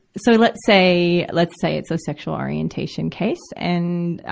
so let's say. let's say it's a sexual orientation case, and, ah,